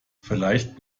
vielleicht